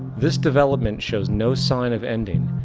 this development shows no sign of ending,